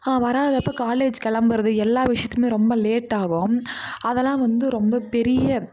வராதப்போ college கிளம்புறது எல்லா விஷயத்துலையுமே ரொம்ப லேட்டாகும் அதெல்லாம் வந்து ரொம்ப பெரிய